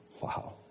Wow